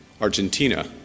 Argentina